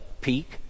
peak